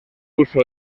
uso